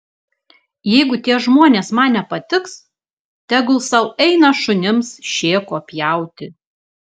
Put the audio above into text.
jeigu tie žmonės man nepatiks tegul sau eina šunims šėko pjauti